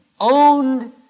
Owned